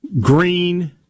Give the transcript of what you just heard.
Green